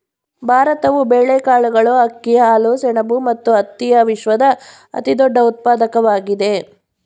ಭಾರತವು ಬೇಳೆಕಾಳುಗಳು, ಅಕ್ಕಿ, ಹಾಲು, ಸೆಣಬು ಮತ್ತು ಹತ್ತಿಯ ವಿಶ್ವದ ಅತಿದೊಡ್ಡ ಉತ್ಪಾದಕವಾಗಿದೆ